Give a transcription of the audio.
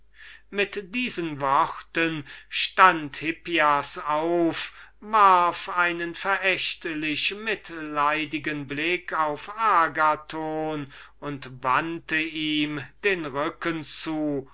mit diesen worten stund hippias auf warf einen verächtlichmitleidigen blick auf den agathon und wandte ihm den rücken zu